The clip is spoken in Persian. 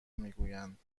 میگویند